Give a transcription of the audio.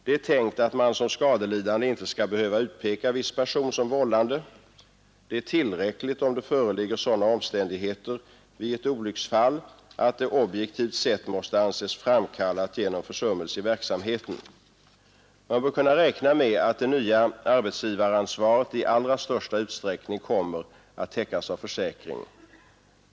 Det är tänkt att man som skadelidande inte skall behöva utpeka viss person som vållande, det är tillräckligt om det föreligger sådana omständigheter vid ett olycksfall att det objektivt sett måste anses framkallat genom försummelse i verksamheten. Man bör kunna räkna med att det nya arbetsgivaransvaret i allra största utsträckning kommer att täckas av försäkring.